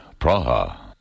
Praha